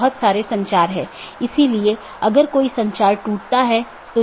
वोह इसको यह ड्रॉप या ब्लॉक कर सकता है एक पारगमन AS भी होता है